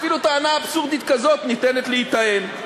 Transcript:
אפילו טענה אבסורדית כזאת ניתנת להיטען.